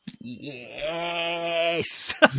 Yes